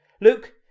luke